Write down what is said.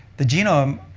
the genome,